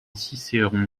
cicéron